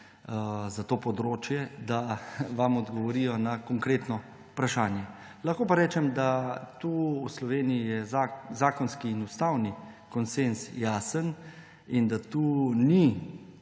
za to področje, da vam odgovorijo na konkretno vprašanje. Lahko pa rečem, da v Sloveniji je zakonski in ustavni konsenz jasen in da tu ni